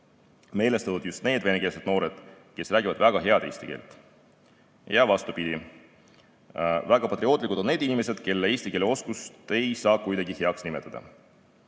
meelestatud just need venekeelsed noored, kes räägivad väga head eesti keelt. Ja vastupidi, väga patriootlikud on need inimesed, kelle eesti keele oskust ei saa kuidagi heaks nimetada.